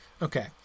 Okay